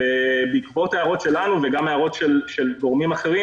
בעקבות הערות שלנו וגם של גורמים אחרים,